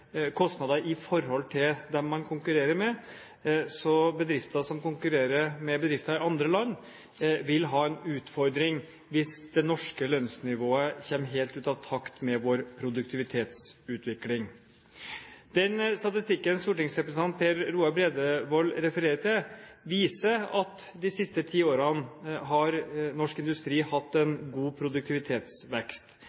kostnader i forhold til dem man konkurrerer med, så bedrifter som konkurrerer med bedrifter i andre land, vil ha en utfordring hvis det norske lønnsnivået kommer helt ut av takt med vår produktivitetsutvikling. Den statistikken som stortingsrepresentant Per Roar Bredvold refererer til, viser at norsk industri de siste ti årene har